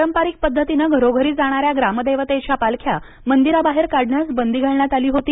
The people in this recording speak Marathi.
पारंपरिक पद्धतीनं घरोघरी जाणाऱ्या ग्रामदेवतेच्या पालख्या मंदिराबाहेर काढण्यास बंदी घालण्यात आली होती